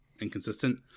inconsistent